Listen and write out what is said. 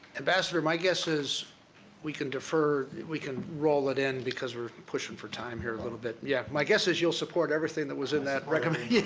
ambassador, my guess is we can defer, we can roll it in because we're pushing for time here a little bit. yeah my guess is you'll support everything that was in that recommendation.